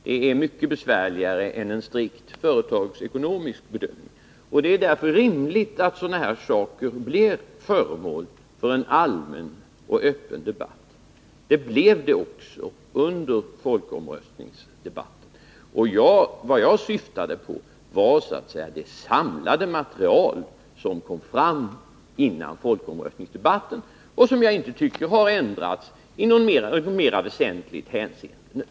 Det är mycket besvärligare än när det gäller en strikt företagsekonomisk bedömning. Det är därför rimligt att sådana här saker blir föremål för en allmän och öppen debatt, och det blev de också i folkomröstningsdebatten. Vad jag syftade på var så att säga det samlade material som kom fram före folkomröstningsdebatten och som jag inte tycker har ändrats i något mera väsentligt hänseende.